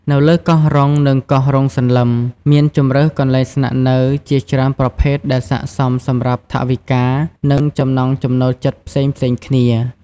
នៅលើកោះរ៉ុង និងកោះរ៉ុងសន្លឹម មានជម្រើសកន្លែងស្នាក់នៅជាច្រើនប្រភេទដែលស័ក្តិសមសម្រាប់ថវិកា និងចំណង់ចំណូលចិត្តផ្សេងៗគ្នា។